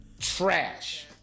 trash